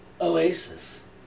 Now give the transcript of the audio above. Oasis